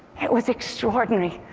it was extraordinary.